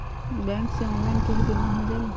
Bank से online केहु बिमा हो जाईलु?